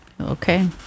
Okay